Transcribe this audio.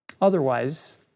Otherwise